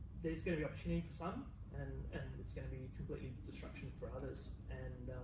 there's gonna be opportunity for some and and and it's gonna be completely disruption for others. and